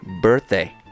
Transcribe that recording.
birthday